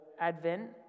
Advent